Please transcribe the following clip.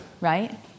Right